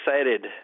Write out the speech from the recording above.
excited